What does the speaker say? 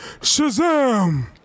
Shazam